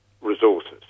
resources